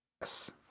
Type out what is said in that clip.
yes